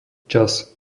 čas